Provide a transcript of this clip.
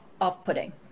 off-putting